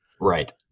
Right